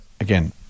again